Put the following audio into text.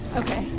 ok,